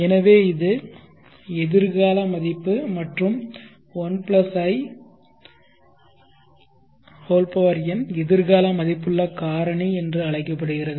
எனவே இது எதிர்கால மதிப்பு மற்றும் i1 n எதிர்கால மதிப்புள்ள காரணி என்று அழைக்கப்படுகிறது